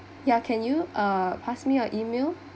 ya can you ah pass me your email